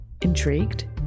Intrigued